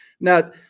now